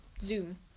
zoom